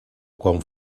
quan